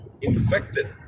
infected